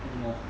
anymore